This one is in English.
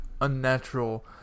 unnatural